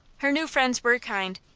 her new friends were kind,